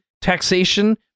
taxation